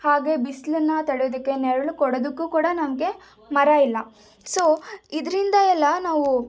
ಹಾಗೆ ಬಿಸಿಲನ್ನ ತಡಿಯೋದಕ್ಕೆ ನೆರಳು ಕೊಡೋದಕ್ಕೂ ಕೂಡ ನಮಗೆ ಮರ ಇಲ್ಲ ಸೊ ಇದರಿಂದ ಎಲ್ಲ ನಾವು